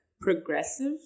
progressive